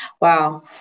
Wow